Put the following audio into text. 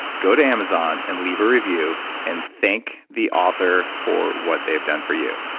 go to amazon and leave a review, and thank the author for what they've done for you.